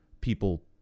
people